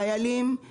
חיילים,